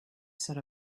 set